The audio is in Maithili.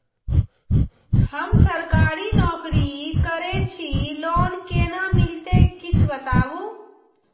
हम सरकारी नौकरी करै छी लोन केना मिलते कीछ बताबु?